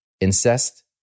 incest